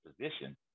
position